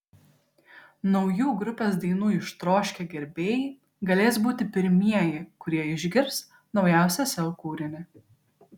naujų grupės dainų ištroškę gerbėjai galės būti pirmieji kurie išgirs naujausią sel kūrinį